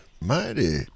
Mighty